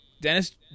Dennis